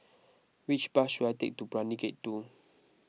which bus should I take to Brani Gate two